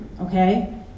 Okay